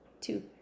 two